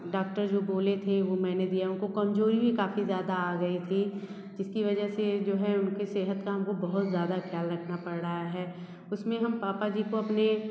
doctor जो बोले थे वो मैंने दिया उनको कमज़ोरी भी काफ़ी ज़्यादा आ गई थी जिसकी वजह से जो है उनकी सेहत का हम को बहुत ज़्यादा ख़याल रखना पड़ रहा है उसमें हम पापा जी को अपने